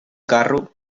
carro